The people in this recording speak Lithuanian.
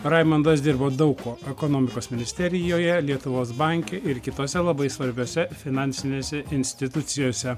raimondas dirbo daug kuo ekonomikos ministerijoje lietuvos banke ir kitose labai svarbiose finansinėse institucijose